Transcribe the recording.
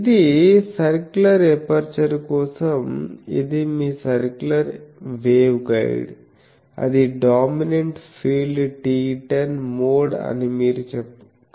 ఇది circular aperture కోసం ఇది మీ సర్క్యులర్ వేవ్గైడ్ అది డామినెంట్ ఫీల్డ్ TE 10 మోడ్ అని మీరు కనుగొనవచ్చు